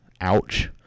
Ouch